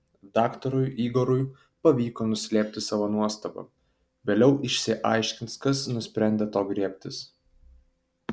daktarui igorui pavyko nuslėpti savo nuostabą vėliau išsiaiškins kas nusprendė to griebtis